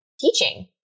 teaching